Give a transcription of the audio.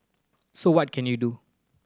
so what can you do